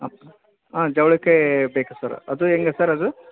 ಹಾಂ ಹಾಂ ಚೌಳಿ ಕಾಯಿ ಬೇಕು ಸರ್ ಅದು ಹೇಗೆ ಸರ್ ಅದು